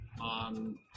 on